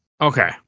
Okay